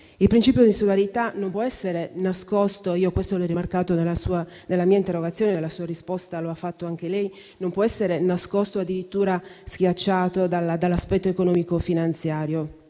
il principio di insularità non può essere nascosto - questo l'ho rimarcato nella mia interrogazione e nella sua risposta lo ha fatto anche lei - o addirittura schiacciato dall'aspetto economico-finanziario,